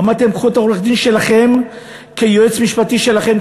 אמרתי להם: קחו את העורך-דין שלכם כיועץ משפטי שלכם.